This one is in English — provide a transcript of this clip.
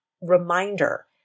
reminder